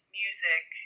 music